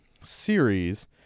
series